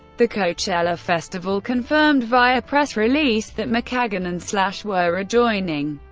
the coachella festival confirmed via press release that mckagan and slash were rejoining.